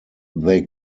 they